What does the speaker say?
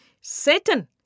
Satan